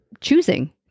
choosing